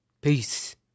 Peace